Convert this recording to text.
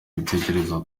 ibitekerezo